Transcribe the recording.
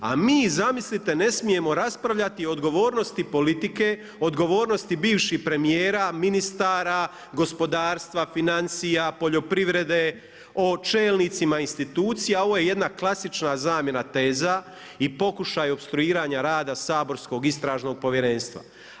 A mi, zamislite ne smijemo razgovarati o odgovornosti politike, o odgovornosti bivših premjera, ministara, gospodarstva, financija poljoprivrede, o čelnicima institucija, ovo je jedna klasična zamjena teza i pokušaj opstruiranja rada saborskog Istražnog povjerenstva.